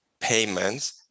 payments